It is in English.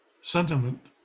sentiment